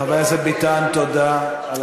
חבר הכנסת ביטן, תודה.